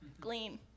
glean